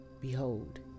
Behold